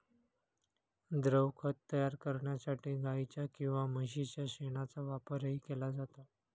द्रवखत तयार करण्यासाठी गाईच्या किंवा म्हशीच्या शेणाचा वापरही केला जातो